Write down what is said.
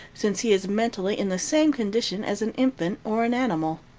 since he is mentally in the same condition as an infant or an animal.